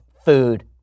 food